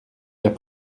l’as